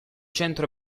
centro